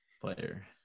player